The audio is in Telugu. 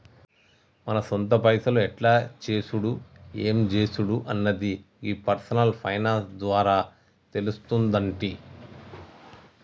మన సొంత పైసలు ఎట్ల చేసుడు ఎం జేసుడు అన్నది గీ పర్సనల్ ఫైనాన్స్ ద్వారా తెలుస్తుందంటి